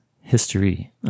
history